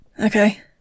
Okay